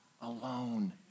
alone